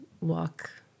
walk